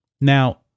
Now